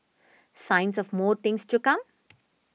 signs of more things to come